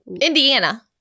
Indiana